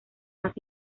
más